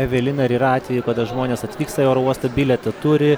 evelina ar yra atvejų kada žmonės atvyksta į oro uostą bilietą turi